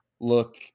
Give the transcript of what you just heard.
look